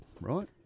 right